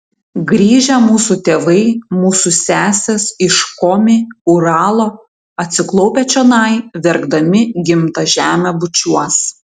grįžę mūsų tėvai mūsų sesės iš komi uralo atsiklaupę čionai verkdami gimtą žemę bučiuos